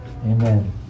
Amen